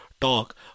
talk